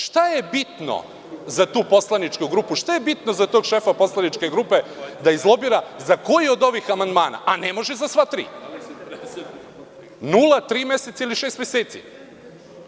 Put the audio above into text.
Šta je bitno za tu poslaničku grupu, šta je bitno za tog šefa poslaničke grupe da izlobira za koji od ovih tri amandmana, a ne može za sva tri - nula, tri meseca ili šest meseci?